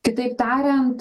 kitaip tariant